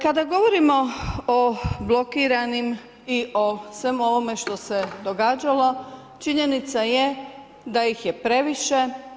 Kada govorimo o blokiranim i o svemu ovome što se događalo činjenica je da ih je previše.